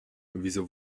wieso